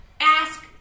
Ask